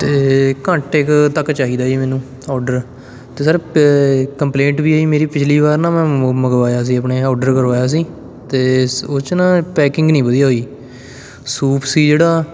ਅਤੇ ਘੰਟੇ ਕੁ ਤੱਕ ਚਾਹੀਦਾ ਜੀ ਮੈਨੂੰ ਔਰਡਰ ਅਤੇ ਸਰ ਪ ਕੰਪਲੇਂਟ ਵੀ ਮੇਰੀ ਪਿਛਲੀ ਵਾਰ ਨਾ ਮੈਂ ਮ ਮੰਗਵਾਇਆ ਸੀ ਆਪਣੇ ਔਰਡਰ ਕਰਵਾਇਆ ਸੀ ਅਤੇ ਸ ਉਹ 'ਚ ਨਾ ਪੈਕਿੰਗ ਨਹੀਂ ਵਧੀਆ ਹੋਈ ਸੂਪ ਸੀ ਜਿਹੜਾ